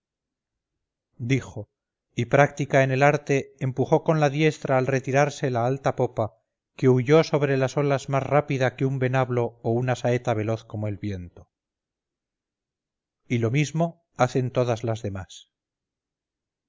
dijo y práctica en el arte empujó con la diestra al retirarse la alta popa que huyó sobre las olas más rápida que un venablo o una saeta veloz como el viento y lo mismo hacen todas las